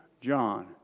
John